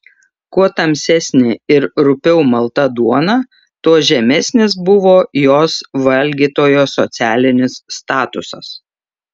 kuo tamsesnė ir rupiau malta duona tuo žemesnis buvo jos valgytojo socialinis statusas